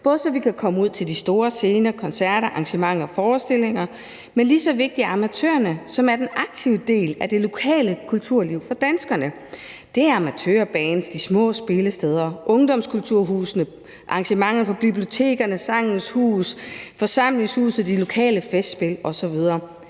så vi kan komme ud til de store scener, koncerter og arrangementer og forestillinger. Lige så vigtige er amatørerne, som er den aktive del af det lokale kulturliv for danskerne. Det er amatørbands, de små spillesteder, ungdomskulturhusene, arrangementer på bibliotekerne, Sangens Hus, forsamlingshuset, de lokale festspil osv.